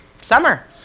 Summer